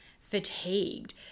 fatigued